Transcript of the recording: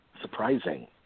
surprising